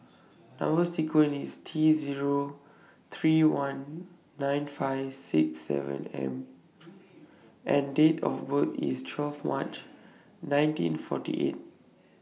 Number sequence IS T three Zero one nine five six seven M and Date of birth IS twelve March nineteen forty eight